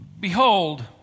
Behold